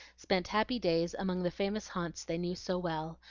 spent happy days among the famous haunts they knew so well,